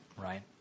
Right